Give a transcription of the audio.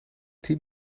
tien